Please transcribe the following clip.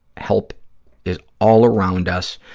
help is all around us.